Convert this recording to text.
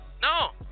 no